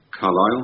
Carlisle